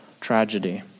tragedy